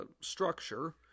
structure